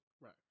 Right